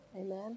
Amen